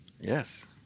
Yes